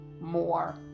more